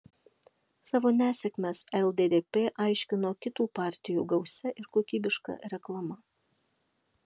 savo nesėkmes lddp aiškino kitų partijų gausia ir kokybiška reklama